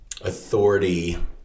authority